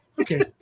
Okay